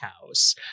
House